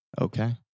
Okay